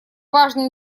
важный